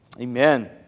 amen